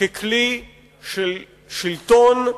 ככלי של שלטון,